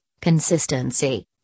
consistency